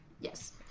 yes